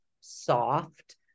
soft